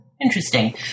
Interesting